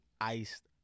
iced